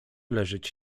leżeć